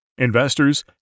Investors